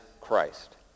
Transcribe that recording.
Christ